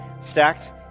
stacked